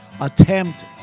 attempt